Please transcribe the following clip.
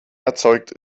erzeugt